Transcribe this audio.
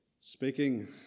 Speaking